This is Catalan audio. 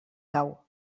cau